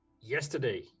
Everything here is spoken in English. Yesterday